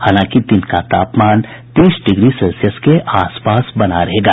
हालांकि दिन का तापमान तीस डिग्री सेल्सियस के आस पास बना रहेगा